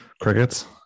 crickets